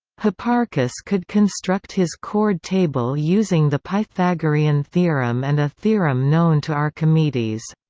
hipparchus could construct his chord table using the pythagorean theorem and a theorem known to archimedes.